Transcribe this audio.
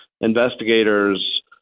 investigators